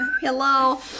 Hello